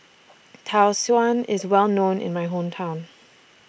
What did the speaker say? Tau Suan IS Well known in My Hometown